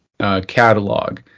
catalog